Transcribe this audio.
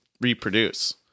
reproduce